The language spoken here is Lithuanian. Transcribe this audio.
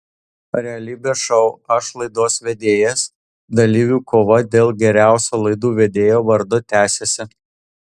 realybės šou aš laidos vedėjas dalyvių kova dėl geriausio laidų vedėjo vardo tęsiasi